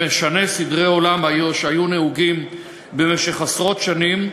שמשנה סדרי עולם שהיו נהוגים במשך עשרות שנים,